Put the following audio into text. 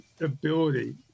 ability